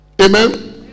Amen